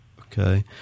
okay